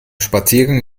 spaziergang